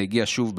זה הגיע שוב,